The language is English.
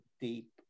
deep